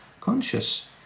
conscious